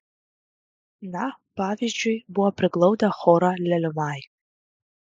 na pavyzdžiui buvo priglaudę chorą leliumai